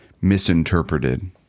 misinterpreted